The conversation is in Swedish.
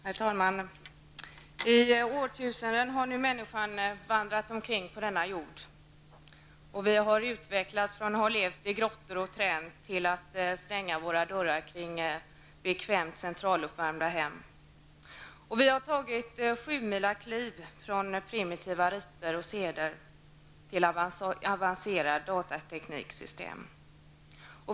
Herr talman! I årtusenden har nu människan vandrat omkring på denna jord. Vi har utvecklats från att ha levt i grottor och träd till att stänga våra dörrar kring bekvämt centraluppvärmda hem. Vi har tagit sjumilakliv från primitiva riter och seder till avancerade datatekniksystem.